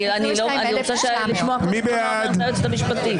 אני רוצה לשמוע קודם כול מה אומרת היועצת המשפטית.